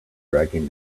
dragon